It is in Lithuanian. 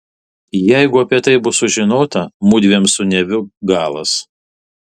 jeigu apie tai bus sužinota mudviem su neviu galas